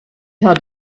had